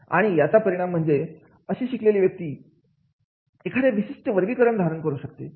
आणि याचा परिणाम म्हणजे अशी शिकलेली व्यक्ती एखाद्या विशिष्ट वर्गीकरण धारण करू शकते